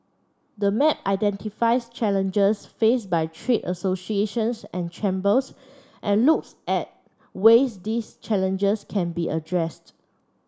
the map identifies challenges faced by trade associations and chambers and looks at ways these challenges can be addressed